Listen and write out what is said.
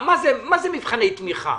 מה זה מבחני תמיכה,